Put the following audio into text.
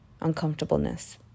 uncomfortableness